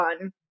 on